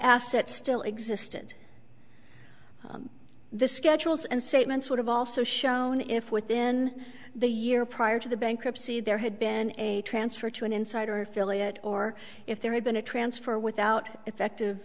asset still existed the schedules and statements would have also shown if within the year prior to the bankruptcy there had been a transfer to an insider affiliate or if there had been a transfer without effective